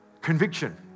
Conviction